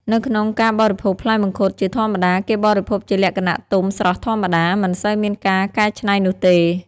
នៅក្នុងការបរិភោគផ្លែមង្ឃុតជា ធម្មតាគេបរិភោគជាលក្ខណៈ ទុំស្រស់ធម្មតា មិនសូវមានការកៃច្នៃនោះទេ។